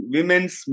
Women's